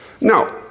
now